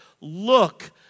Look